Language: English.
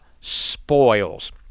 spoils